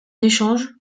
échange